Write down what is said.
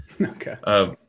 Okay